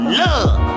love